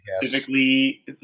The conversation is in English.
specifically